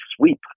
sweep